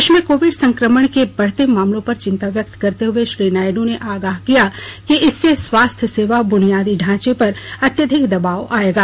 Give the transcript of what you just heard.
देश में कोविड संक्रमण के बढ़ते मामलों पर चिंता व्यक्त करते हुए श्री नायड् ने आगाह किया कि इससे स्वास्थ्य सेवा बुनियादी ढांचे पर अत्यधिक दबाव आएगा